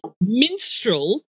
minstrel